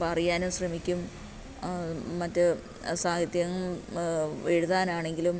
ബ അറിയാനും ശ്രമിക്കും മറ്റ് സാഹിത്യം എഴുതാനാണെങ്കിലും